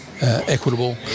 equitable